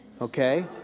okay